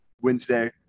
Wednesday